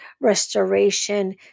restoration